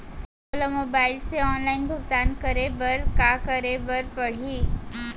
मोला मोबाइल से ऑनलाइन भुगतान करे बर का करे बर पड़ही?